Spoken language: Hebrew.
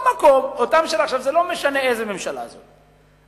זה לא משנה איזה ממשלה זו,